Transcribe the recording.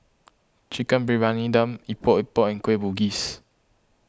Chicken Briyani Dum Epok Epok and Kueh Bugis